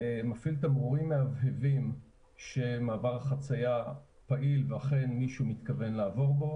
מפעיל תמרורים מהבהבים שמעבר החציה פעיל ואכן מישהו מתכוון לעבור בו.